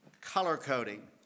color-coding